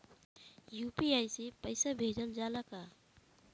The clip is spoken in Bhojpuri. यू.पी.आई से पईसा भेजल जाला का?